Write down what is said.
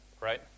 right